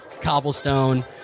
cobblestone